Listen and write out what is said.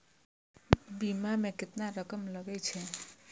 बीमा में केतना रकम लगे छै?